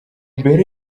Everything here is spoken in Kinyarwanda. mbere